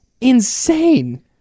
insane